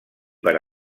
per